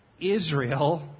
Israel